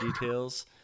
details